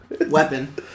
Weapon